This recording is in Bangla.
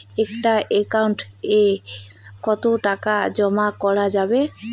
একটা একাউন্ট এ কতো টাকা জমা করা যাবে?